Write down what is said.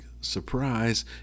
surprise